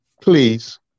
please